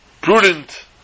prudent